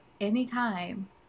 anytime